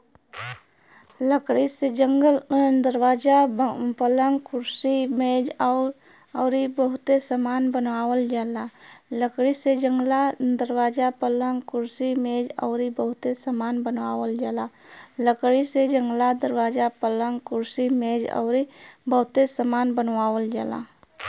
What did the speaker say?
लकड़ी से जंगला, दरवाजा, पलंग, कुर्सी मेज अउरी बहुते सामान बनावल जाला